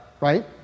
right